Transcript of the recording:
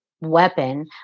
weapon